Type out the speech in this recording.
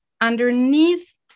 underneath